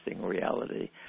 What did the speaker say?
reality